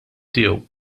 tiegħu